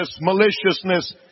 maliciousness